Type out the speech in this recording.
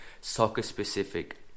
soccer-specific